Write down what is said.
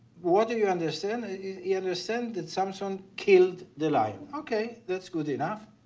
what do you understand? he understand that samson killed the lion. okay, that's good enough.